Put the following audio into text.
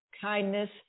kindness